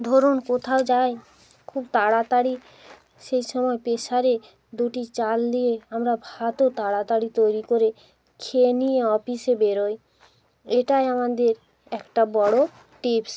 ধরুন কোথাও যাই খুব তাড়াতাড়ি সেই সময় প্রেশারে দুটি চাল দিয়ে আমরা ভাতও তাড়াতাড়ি তৈরি করে খেয়ে নিয়ে অফিসে বেরোই এটাই আমাদের একটা বড়ো টিপস